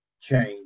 change